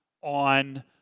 on